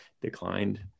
declined